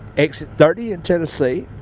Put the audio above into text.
exit thirty in tennessee,